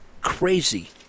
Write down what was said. crazy